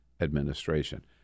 administration